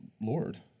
Lord